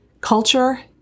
culture